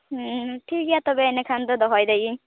ᱦᱢ ᱴᱷᱤᱠᱜᱮᱭᱟ ᱛᱚᱵᱮ ᱮᱱᱮᱠᱷᱟᱱ ᱫᱚ ᱫᱚᱦᱚᱭ ᱫᱟᱹᱭᱤᱧ